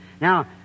Now